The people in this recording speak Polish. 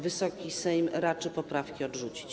Wysoki Sejm raczy poprawki odrzucić.